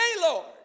Lord